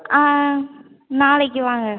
ஆ நாளைக்கு வாங்க